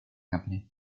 company